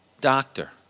Doctor